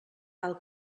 cal